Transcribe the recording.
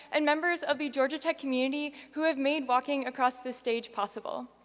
and members of the georgia tech community who have made walking across this stage possible.